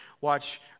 watch